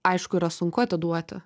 aišku yra sunku atiduoti